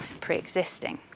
pre-existing